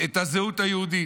את הזהות היהודית.